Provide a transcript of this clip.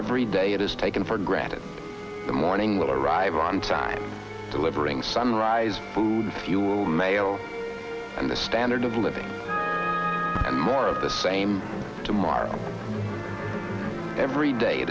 every day it is taken for granted the morning will arrive on time delivering sunrise food fuel mayo and the standard of living and more of the same tomorrow every day